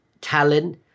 talent